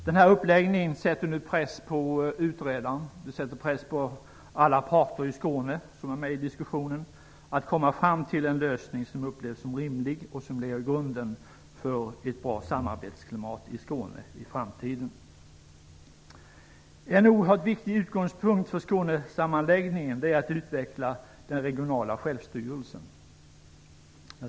Denna uppläggning sätter nu press på utredaren och alla parter i Skåne som är med i diskussionen att komma fram till en lösning som upplevs som rimlig och som lägger grunden för ett bra samarbetsklimat i En oerhört viktig utgångspunkt för Skånesammanläggningen är att utveckla den regionala självstyrelsen.